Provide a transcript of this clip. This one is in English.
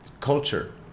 culture